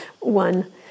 one